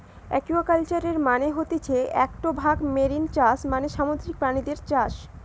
একুয়াকালচারের মানে হতিছে একটো ভাগ মেরিন চাষ মানে সামুদ্রিক প্রাণীদের চাষ